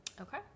Okay